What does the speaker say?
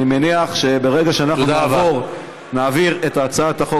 אני מניח שברגע שאנחנו נעביר את הצעת החוק